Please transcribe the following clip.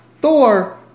Thor